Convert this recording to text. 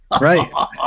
right